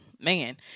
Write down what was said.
man